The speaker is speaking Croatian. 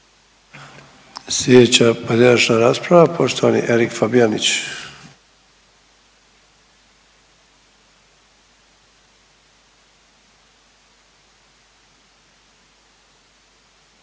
Sljedeća pojedinačna rasprava poštovani Erik Fabijanić.